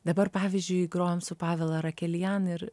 dabar pavyzdžiui grojom su pavel arakelian ir